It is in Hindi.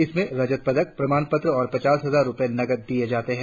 जिसमें रजत पदक प्रमाण पत्र और पचास हजार रुपये नकद दिये जाते है